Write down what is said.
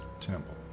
temple